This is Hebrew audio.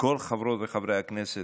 כל חברות וחברי הכנסת,